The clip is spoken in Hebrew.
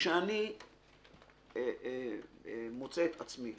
כשאני מוצא את עצמי